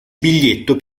biglietto